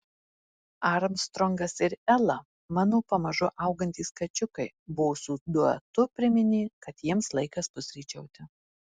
armstrongas ir ela mano pamažu augantys kačiukai bosų duetu priminė kad jiems laikas pusryčiauti